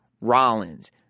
Rollins